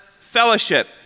fellowship